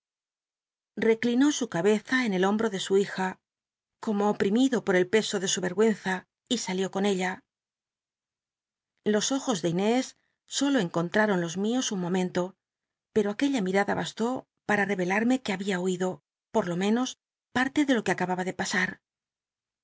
reclinó su oobeza en el hombro de su hija como oprimido por el peso de su yctgiicnza y salió con ella los ojos de inés solo cnconlmron los mios un momento pero aquella mitada bastó para re clarme que habia oido por lo menos parle de lo que acababa de pasar